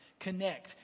connect